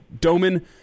Doman